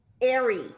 airy